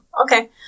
okay